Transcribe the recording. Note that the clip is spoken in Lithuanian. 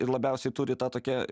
ir labiausiai turi tą tokią